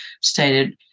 stated